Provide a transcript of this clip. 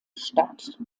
statt